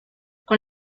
con